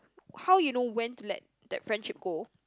how you know when to let that friendship go